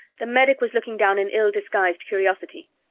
the medic was looking down in ill-disguised curiosity.